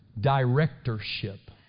directorship